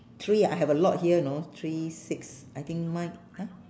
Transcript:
three ah I have a lot here you know three six I think mine g~ !huh!